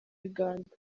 uganda